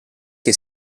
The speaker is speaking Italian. che